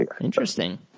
Interesting